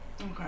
Okay